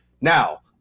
now